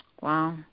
Wow